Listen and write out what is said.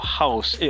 house